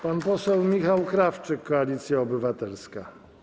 Pan poseł Michał Krawczyk, Koalicja Obywatelska.